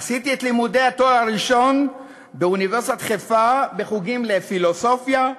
עשיתי את לימודי התואר הראשון באוניברסיטת חיפה בחוגים לפילוסופיה,